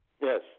Yes